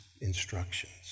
instructions